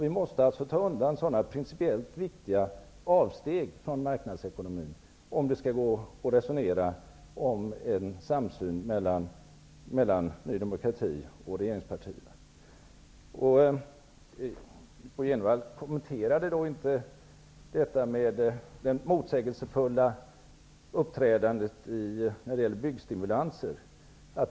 Vi måste ta undan sådana principiellt viktiga avsteg från marknadsekonomin om det skall gå att resonera om en samsyn mellan Ny demokrati och regeringspartierna. Bo G Jenevall kommenterade inte detta med det motsägelsefulla uppträdandet när det gäller byggstimulanser.